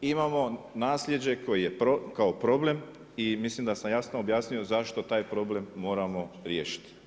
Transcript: Imamo naslijeđe kao problem i mislim da sam jasno objasnio zašto taj problem moramo riješiti.